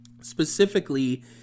specifically